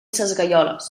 sesgueioles